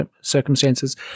circumstances –